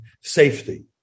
safety